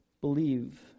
believe